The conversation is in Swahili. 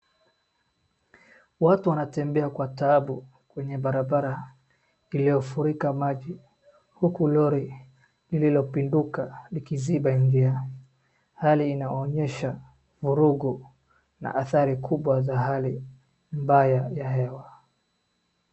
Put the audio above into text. Watu wanatembea kwa taabu kwenye barabara iliyofurika maji, huku lori lililopinduka likiziba njia, hali inayoonyesha vurugu na adhari kubwa za hali mbaya ya hewa.